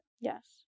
Yes